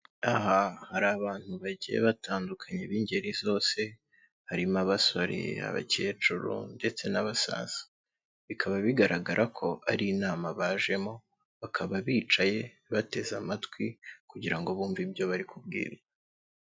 aha hari abantu bagiye batandukanye b'ingeri zose harimo abasuriye abakecuru ndetse n'abasaza bikaba bigaragara ko ari inama bajemo bakaba bicaye bateze amatwi kugira ngo bumve ibyo barikubwiye